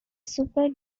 super